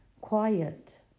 Quiet